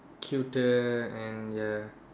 cuter and ya